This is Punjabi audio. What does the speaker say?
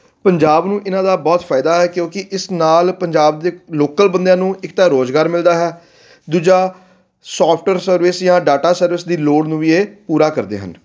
ਪੰਜਾਬ ਨੂੰ ਇਹਨਾਂ ਦਾ ਬਹੁਤ ਫਾਇਦਾ ਹੈ ਕਿਉਂਕਿ ਇਸ ਨਾਲ ਪੰਜਾਬ ਦੇ ਲੋਕਲ ਬੰਦਿਆਂ ਨੂੰ ਇੱਕ ਤਾਂ ਰੁਜ਼ਗਾਰ ਮਿਲਦਾ ਹੈ ਦੂਜਾ ਸੋਫਟਵਰ ਸਰਵਿਸ ਜਾਂ ਡਾਟਾ ਸਰਵਿਸ ਦੀ ਲੋੜ ਨੂੰ ਵੀ ਇਹ ਪੂਰਾ ਕਰਦੇ ਹਨ